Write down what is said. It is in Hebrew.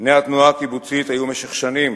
בני התנועה הקיבוצית היו במשך שנים